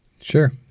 Sure